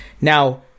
Now